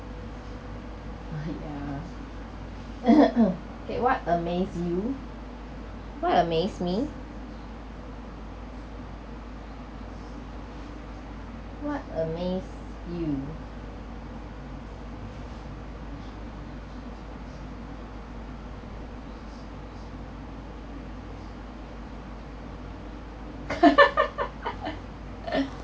ya what amazed you what amazed me what amazed you